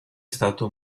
stato